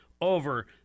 over